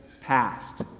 passed